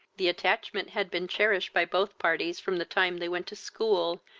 the attachment had been cherished by both parties from the time they went to school,